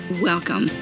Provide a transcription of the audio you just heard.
Welcome